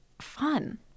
fun